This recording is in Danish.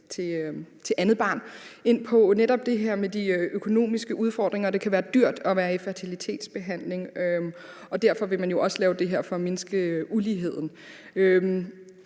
til andet barn, ind på netop det her med de økonomiske udfordringer. Det kan være dyrt at være i fertilitetsbehandling, og derfor vil man jo også lave det her for at mindske uligheden.